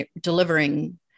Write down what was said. delivering